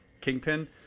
kingpin